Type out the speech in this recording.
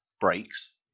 breaks